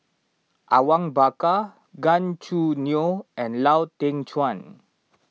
Awang Bakar Gan Choo Neo and Lau Teng Chuan